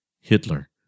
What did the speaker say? Hitler